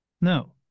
No